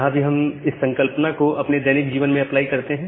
यहां भी हम इस संकल्पना को अपने दैनिक जीवन में अप्लाई करते हैं